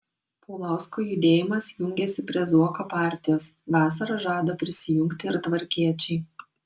paulausko judėjimas jungiasi prie zuoko partijos vasarą žada prisijungti ir tvarkiečiai